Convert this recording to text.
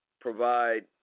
provide